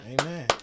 Amen